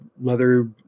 leather